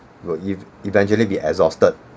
will eve~ eventually be exhausted